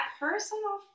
personal